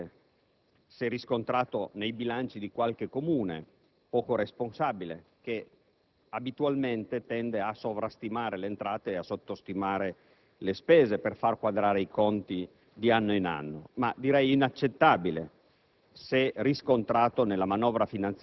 un atteggiamento criticabile se riscontrato nei bilanci di qualche Comune poco responsabile, che abitualmente tende a sovrastimare le entrate e a sottostimare le spese per far quadrare i conti di anno in anno, ma direi che è inaccettabile